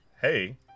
hey